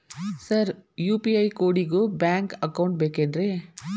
Sir UPI ಕೋಡಿಗೂ bank account ಬೇಕೆನ್ರಿ?